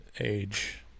age